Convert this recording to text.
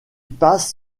passe